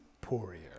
Poirier